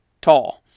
tall